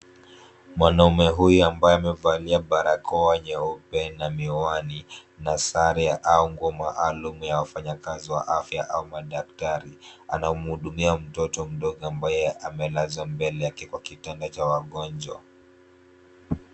Mwanamume huyu ambaye amevalia barakoa nyeupe na miwani na sare au nguo maalum ya kazi wa afya au daktari, anamhudumia mtoto mdogo ambaye amelazwa mbele yake kwa kitanda cha wagonjwa .